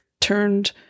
turned